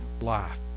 life